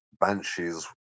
banshees